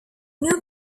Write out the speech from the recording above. new